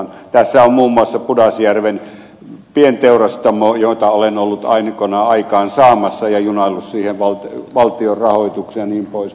tässä on muun muassa pudasjärven pienteurastamo jota olen ollut aina kun aika on saamassa aikoinani aikaansaamassa ja junaillut siihen valtion rahoituksen jnp